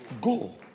go